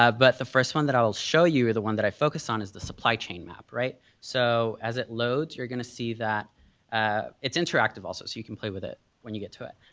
um but the first one that i will show you, or the one that i focus on is the supply chain map, right? so as it loads, you're gonna see that it's interactive also you can play with it when you get to it.